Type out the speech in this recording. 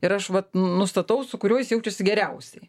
ir aš vat nustatau su kuriuo jis jaučiasi geriausiai